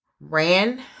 Ran